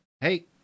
hey